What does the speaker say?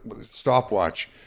stopwatch